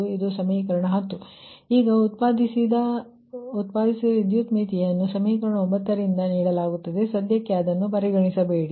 ಇದು ಸಮೀಕರಣ 10 ಈಗ ಉತ್ಪಾದಿಸದ ವಿದ್ಯುತ್ ಮಿತಿಯನ್ನು ಸಮೀಕರಣ 9 ರಿಂದ ನೀಡಲಾಗುತ್ತದೆ ಸದ್ಯಕ್ಕೆ ಅದನ್ನು ಪರಿಗಣಿಸಬೇಡಿ